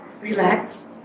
relax